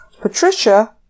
Patricia